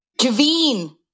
Javine